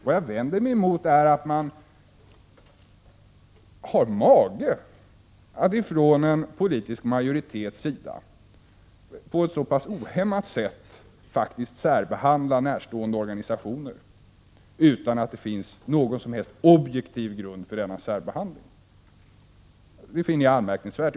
Men jag vänder mig mot att man från en politisk majoritets sida har mage att på ett så ohämmat sätt faktiskt särbehandla närstående organisationer utan att det finns någon som helst objektiv grund för denna särbehandling. Det finner jag anmärkningsvärt.